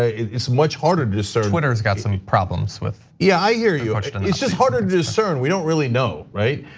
ah is much harder to discern. twitter has got some problems with. yeah, i hear you, and it's just harder to discern, we dont really know, right?